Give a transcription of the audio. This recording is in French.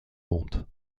monte